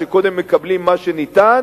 שקודם מקבלים מה שניתן,